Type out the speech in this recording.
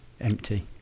empty